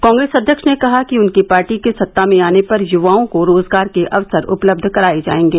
कांग्रेस अध्यक्ष ने कहा कि उनकी पार्टी के सत्ता में आने पर युवाओं को रोजगार के अवसर उपलब्ध करा जाएंगे